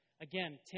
again